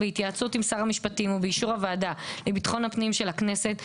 בהתייעצות עם שר המשפטים ובאישור הוועדה לביטחון הפנים של הכנסת,